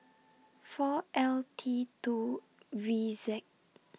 four L T two V Z